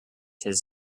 his